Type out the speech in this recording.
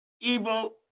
evil